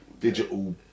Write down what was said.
digital